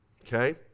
okay